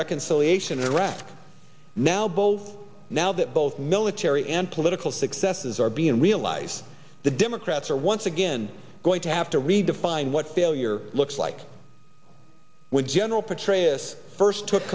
reconciliation in iraq now both now that both military and political successes are being realized the democrats are once again going to have to redefine what failure looks like when general petraeus first took